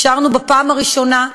אפשרנו בפעם הראשונה,